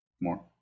more